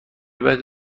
بعد